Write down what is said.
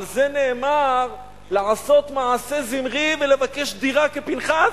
על זה נאמר: לעשות מעשה זמרי ולבקש דירה כפנחס.